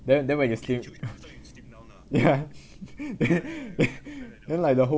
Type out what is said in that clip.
then then when you slim~ ya then then then like the whole